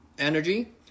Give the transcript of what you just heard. energy